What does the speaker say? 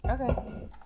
Okay